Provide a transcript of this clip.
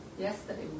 Yesterday